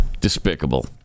Despicable